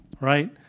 Right